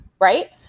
right